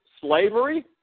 slavery